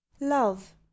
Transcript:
Love